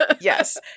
yes